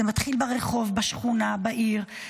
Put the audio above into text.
זה מתחיל ברחוב, בשכונה, בעיר.